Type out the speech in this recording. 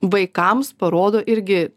vaikams parodo irgi